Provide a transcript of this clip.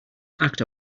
act